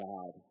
God